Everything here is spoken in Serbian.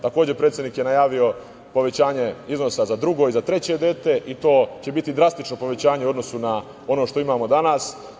Takođe, predsednik je najavio povećanje iznosa za drugo i za treće dete i to će biti drastično povećanje u odnosu na ono što imamo danas.